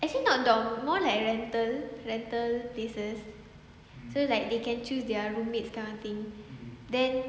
actually not dorm more like rental rental places so like they can choose their roommates kind of thing then